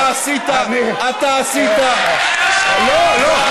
אתה עשית, לא, לא.